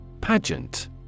Pageant